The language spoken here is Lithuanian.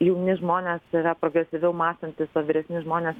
jauni žmonės yra progresyviau mąstantys o vyresni žmonės